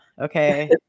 okay